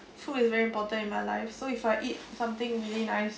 food is very important in my life so if I eat something really nice